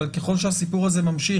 אבל ככל שהסיפור הזה ממשיך,